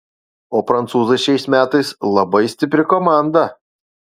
o prancūzai šiais metais labai stipri komanda